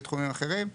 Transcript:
בתחומים אחרים,